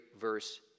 verse